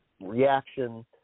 reaction